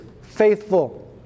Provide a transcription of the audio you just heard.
faithful